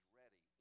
ready